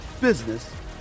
business